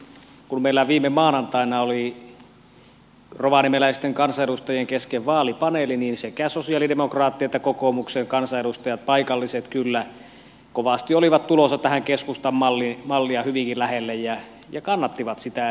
kun meillä viime maanantaina oli rovaniemeläisten kansanedustajien kesken vaalipaneeli niin sekä sosialidemokraattien että kokoomuksen kansanedustajat paikalliset kyllä kovasti olivat tulossa tätä keskustan mallia hyvinkin lähelle ja kannattivat sitä